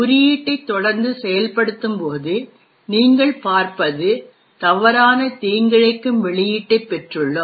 குறியீட்டை தொடர்ந்து செயல்படுத்தும்போது நீங்கள் பார்ப்பது தவறான தீங்கிழைக்கும் வெளியீட்டைப் பெற்றுள்ளோம்